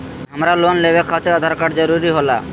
हमरा लोन लेवे खातिर आधार कार्ड जरूरी होला?